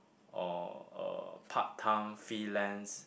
or a part time freelance